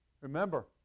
Remember